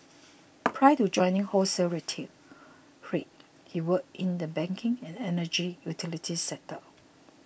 prior to joining wholesale trade he worked in the banking and energy utilities sectors